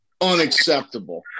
Unacceptable